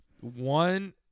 one